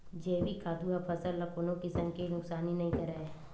जइविक खातू ह फसल ल कोनो किसम के नुकसानी नइ करय